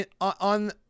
on